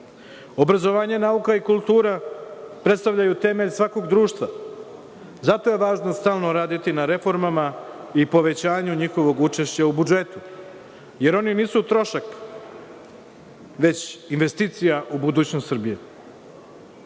razvoja. Obrazovanje, nauka i kultura predstavljaju temelj svakog društva, zato je važno stalno raditi na reformama i povećanju njihovog učešća u budžetu, jer oni nisu trošak, već investicija u budućnost